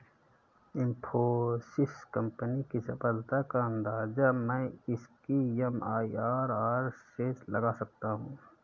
Infosys company की सफलता का अंदाजा मैं इसकी एम.आई.आर.आर से लगा सकता हूँ